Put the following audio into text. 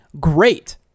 great